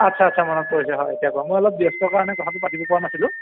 আচ্ছা আচ্ছা মনত পৰিছে হয় এতিয়া কয় মই অলপ ব্যস্ত কাৰণে কথাটো পাতিব পৰা নাছিলোঁ